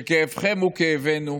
שכאבכם הוא כאבנו,